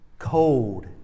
cold